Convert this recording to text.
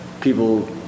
people